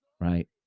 right